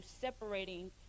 separating